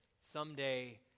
Someday